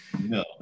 No